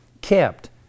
kept